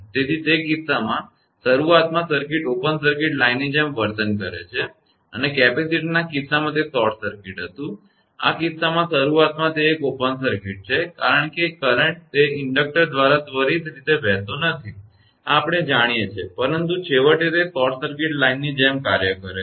તેથી તે કિસ્સામાં શરૂઆતમાં સર્કિટ ઓપન સર્કિટ લાઇનની જેમ વર્તન કરે છે અને કેપેસિટરના કિસ્સામાં તે શોર્ટ સર્કિટ હતું આ કિસ્સામાં શરૂઆતમાં તે એક ઓપન સર્કિટ છે કારણ કે કરંટ તે ઇન્ડેક્ટર દ્વારા ત્વરિત રીતે વહેતો નથી આ આપણે જાણીએ છીએ પરંતુ છેવટે તે શોર્ટ સર્કિટ લાઇનની જેમ કાર્ય કરે છે